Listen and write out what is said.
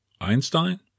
Einstein